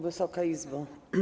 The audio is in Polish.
Wysoka Izbo!